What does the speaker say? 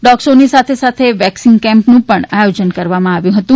dog શોની સાથે સાથે વેક્સિકન કેમ્પનું પણ આયોજન કરવામાં આવ્યું હતું